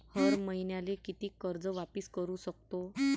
हर मईन्याले कितीक कर्ज वापिस करू सकतो?